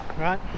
right